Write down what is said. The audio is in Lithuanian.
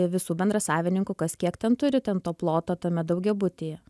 visų bendrasavininkų kas kiek ten turi ten to ploto tame daugiabutyje